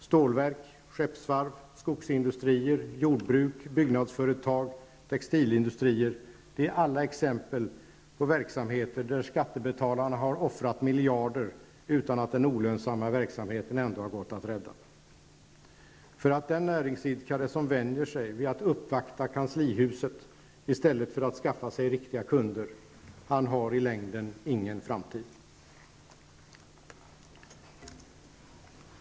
Stålverk, skeppsvarv, skogsindustrier, jordbruk, byggnadsföretag och textilindustrier är alla exempel på verksamheter där skattebetalarna har offrat miljarder utan att den olönsamma verksamheten ändå har gått att rädda. Den näringsidkaren som vänjer sig vid att uppvakta kanslihuset, i stället för att skaffa riktiga kunder, har i längden ingen framtid.